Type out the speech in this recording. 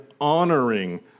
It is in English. honoring